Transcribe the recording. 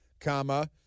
comma